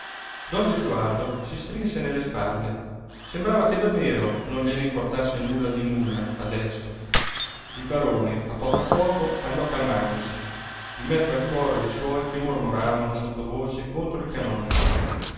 don gesualdo si strinse nelle spalle sembrava che davvero non gliene importasse nulla di nulla adesso il barone a poco a poco andò calmandosi in mezzo al coro dei suoi che mormoravano sottovoce contro il canonico